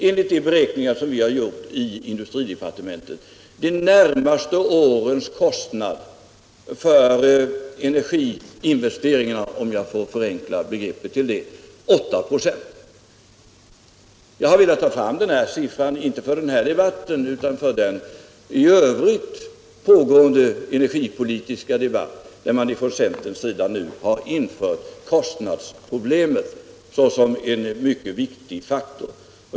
Enligt de beräkningar som gjorts i industridepartementet blir då de närmaste årens kostnad för energiinvesteringarna — om jag får förenkla begreppet till det — 8 96. Jag har velat ta fram denna siffra även med tanke på den allmänt pågående energipolitiska debatten, där centern nu har infört kostnadsproblemet som en mycket viktig faktor.